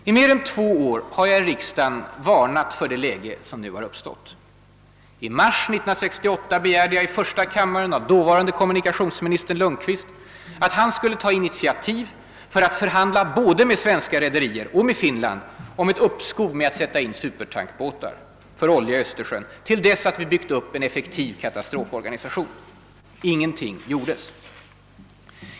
I mer än två år har jag i riksdagen varnat för det läge som nu har uppstått. I mars 1968 begärde jag i första kammaren av dåvarande kommunikationsministern Lundkvist att han skulle ta initiativ för att förhandla både med svenska rederier och med Finland om ett uppskov med att sätta in supertankbåtar för olja i Östersjön till dess att vi byggt upp en effektiv katastroforganisation. Ingenting gjordes.